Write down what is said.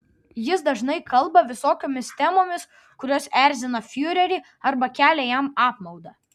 jis dažnai kalba visokiomis temomis kurios erzina fiurerį arba kelia jam apmaudą